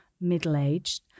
middle-aged